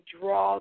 draw